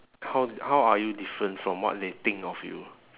how how are you different from what they think of you